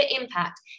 impact